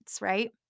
right